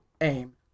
AIM